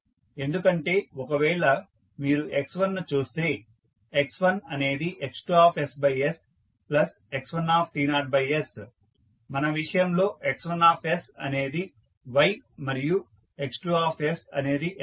ఎందుకంటే ఒకవేళ మీరు x1 ను చూస్తే x1 అనేది X2sx1s మన విషయంలో x1 అనేది y మరియు x2 అనేది sy